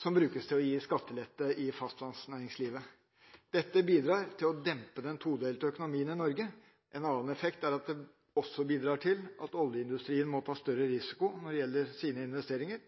som brukes til å gi skattelette i fastlandsnæringslivet. Dette bidrar til å dempe den todelte økonomien i Norge. En annen effekt er at det også bidrar til at oljeindustrien må ta større risiko når det gjelder sine investeringer,